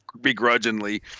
begrudgingly